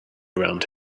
around